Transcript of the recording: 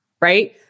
right